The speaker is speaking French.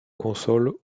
console